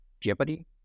jeopardy